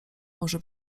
może